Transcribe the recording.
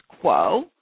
quo